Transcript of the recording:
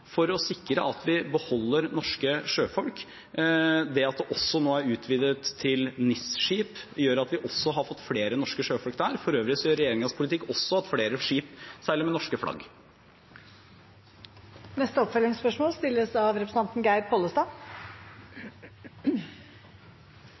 for å sikre at vi beholder norske sjøfolk. Det at det nå er utvidet til NIS-skip, gjør at vi har fått flere norske sjøfolk der. For øvrig gjør regjeringens politikk at flere skip seiler med norske flagg. Geir Pollestad – til oppfølgingsspørsmål.